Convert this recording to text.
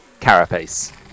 carapace